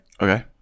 Okay